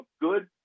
good